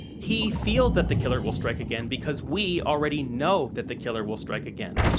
he feels that the killer will strike again because we already know that the killer will strike again.